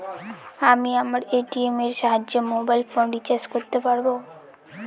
আমি আমার এ.টি.এম এর সাহায্যে মোবাইল ফোন রিচার্জ করতে পারব?